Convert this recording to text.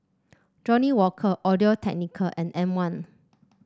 Johnnie Walker Audio Technica and M one